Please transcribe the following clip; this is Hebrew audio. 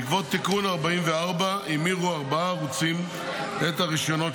בעקבות תיקון 44 המירו ארבעה ערוצים את הרישיונות